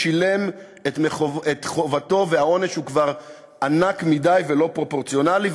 שילם את חובו והעונש הוא ענק מדי ולא פרופורציונלי,